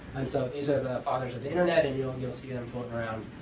and so these are the fathers of the internet. and you'll and you'll see them floating around